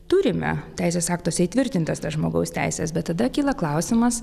turime teisės aktuose įtvirtintas tas žmogaus teises bet tada kyla klausimas